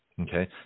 Okay